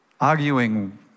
arguing